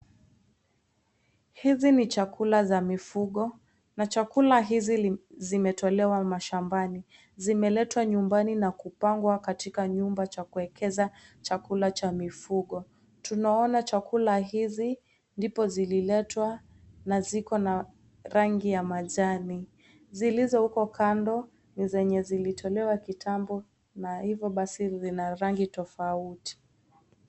Hizi ni chakula za mifugo na chakula hizi zimetolewa mashambani. Zimeletwa nyumbani na kupangwa katika nyumba cha kuwekeza chakula cha mifugo. Tunaona chakula hizi ndipo zililetwa na ziko na rangi ya majani. Zilizo huko kando ni zenye zilitolewa kitambo na hivyo basi, vina rangi tofauti.